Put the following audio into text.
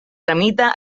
tramita